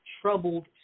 troubled